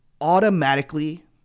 automatically